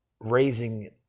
raising